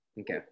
Okay